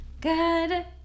Good